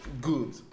Good